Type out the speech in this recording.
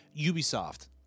Ubisoft